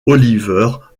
oliver